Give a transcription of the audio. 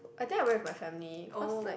I think I went with my family cause like